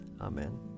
Amen